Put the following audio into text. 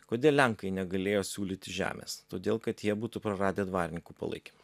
kodėl lenkai negalėjo siūlyti žemės todėl kad jie būtų praradę dvarininkų palaikymą